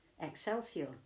Excelsior